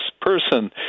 person